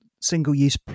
single-use